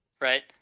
Right